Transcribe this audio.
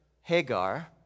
Hagar